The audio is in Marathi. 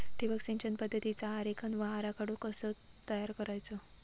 ठिबक सिंचन पद्धतीचा आरेखन व आराखडो कसो तयार करायचो?